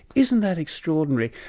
isn't that extraordinary?